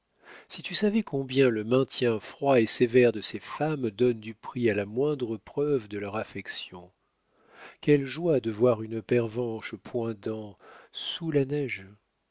si tu savais combien le maintien froid et sévère de ces femmes donne du prix à la moindre preuve de leur affection quelle joie de voir une pervenche poindant sous la neige